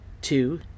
two